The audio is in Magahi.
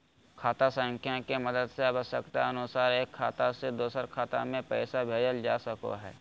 खाता संख्या के मदद से आवश्यकता अनुसार एक खाता से दोसर खाता मे पैसा भेजल जा सको हय